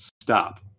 stop